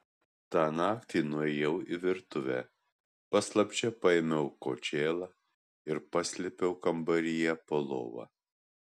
tą naktį nuėjau į virtuvę paslapčia paėmiau kočėlą ir paslėpiau kambaryje po lova